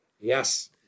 Yes